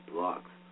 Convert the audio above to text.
Blocks